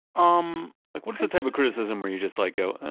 um like what is the type of criticism where you'd just like go, ah,